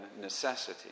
necessity